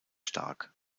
stark